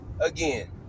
again